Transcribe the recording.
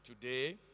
today